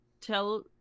tell